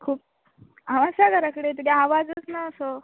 खूब हांव आसां घरा कडेन तुगे आवजच ना सो